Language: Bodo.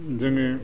जोङो